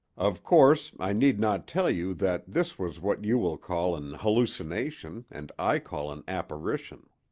of course, i need not tell you that this was what you will call an hallucination and i call an apparition.